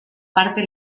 parte